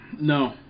No